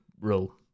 rule